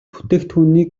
бүтээгдэхүүн